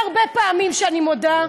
אין הרבה פעמים שאני מודה: